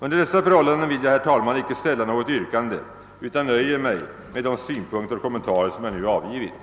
Under dessa förhållanden vill jag inte ställa något yrkande utan nöjer mig med de synpunkter och kommentarer som jag här har framfört.